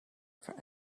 for